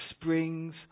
springs